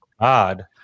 God